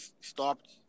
stopped